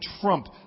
Trump